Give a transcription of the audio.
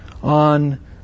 On